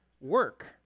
work